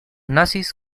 nazis